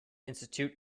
institute